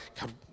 God